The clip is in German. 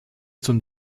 zum